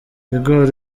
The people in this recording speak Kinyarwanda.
igor